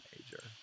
major